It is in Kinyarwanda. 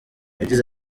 yagize